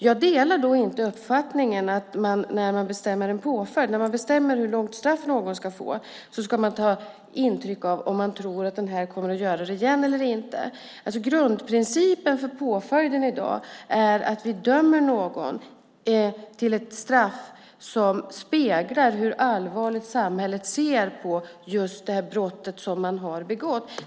Jag delar inte uppfattningen att man när man bestämmer en påföljd - när man bestämmer hur långt straff någon ska få - ska ta intryck av om man tror att denna person kommer att göra det igen eller inte. Grundprincipen för påföljden i dag är att man dömer någon till ett straff som speglar hur allvarligt samhället ser på just det brott som har begåtts.